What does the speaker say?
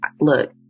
Look